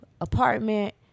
apartment